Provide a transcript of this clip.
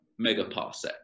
megaparsec